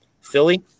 Philly